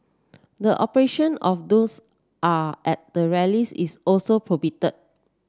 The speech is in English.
the operation of drones are at the rallies is also prohibited